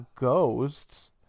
ghosts